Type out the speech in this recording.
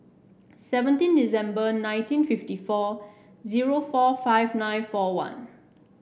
seventeen December nineteen fifty four zero four five eight four one